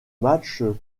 matches